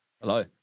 Hello